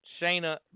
Shayna